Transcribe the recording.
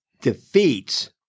defeats